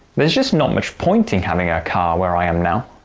there's just not much point in having a car where i am now,